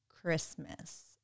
Christmas